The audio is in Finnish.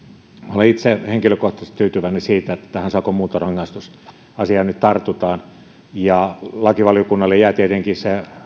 olen itse henkilökohtaisesti tyytyväinen siitä että tähän sakon muuntorangaistusasiaan nyt tartutaan lakivaliokunnalle jää tietenkin